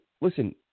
listen